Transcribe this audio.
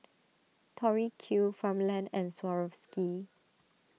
Tori Q Farmland and Swarovski